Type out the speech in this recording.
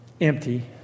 empty